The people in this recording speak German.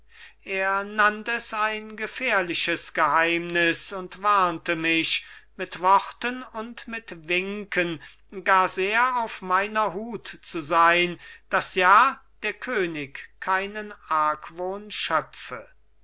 er nannt es ein gefährliches geheimnis und warnte mich mit worten und mit winken gar sehr auf meiner hut zu sein daß ja der könig keinen argwohn schöpfe